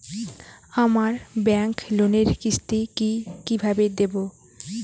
আমার ব্যাংক লোনের কিস্তি কি কিভাবে দেবো?